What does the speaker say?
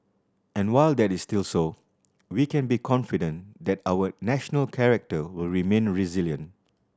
and while that is still so we can be confident that our national character will remain resilient